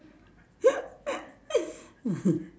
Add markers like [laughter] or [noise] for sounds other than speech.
[laughs]